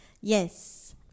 Yes